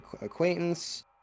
acquaintance